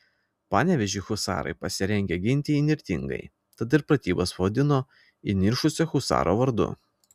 panevėžį husarai pasirengę ginti įnirtingai tad ir pratybas pavadino įniršusio husaro vardu